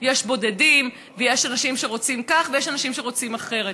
יש בודדים ויש אנשים שרוצים כך ויש אנשים שרוצים אחרת.